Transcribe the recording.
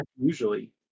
usually